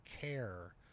care